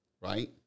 right